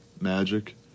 magic